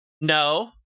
No